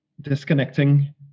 disconnecting